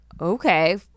Okay